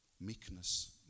meekness